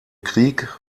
krieg